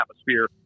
atmosphere